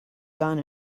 gun